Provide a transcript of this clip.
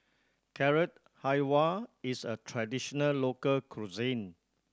Carrot Halwa is a traditional local cuisine